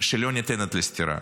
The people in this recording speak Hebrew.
שלא ניתנת לסתירה.